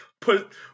Put